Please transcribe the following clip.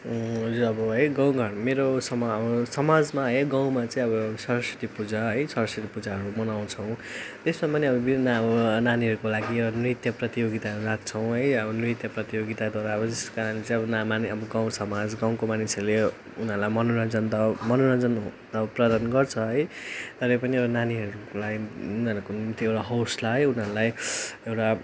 यो अब है गाउँ घरमा मेरो समा समाजमा है गाउँमा चाहिँ अब सरस्वती पूजा है सरस्वती पूजाहरू मनाउँछौँ त्यसमा माने विभिन्न अब नानीहरूको लागि नृत्य प्रतियोगिताहरू राख्छौँ है अब नृत्य प्रतियोगिताद्वारा जसको कारणले चाहिँ ना माने अब गाउँसमाज गाउँको मानिसहरूले उनीहरूले मनोरञ्जन त मनोरञ्जन त प्रदान गर्छ है तरै पनि अब नानीहरूको लागि उनीहरूको निम्ति एउटा हौसला है उनीहरूलाई एउटा